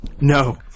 No